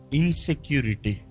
insecurity